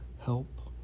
help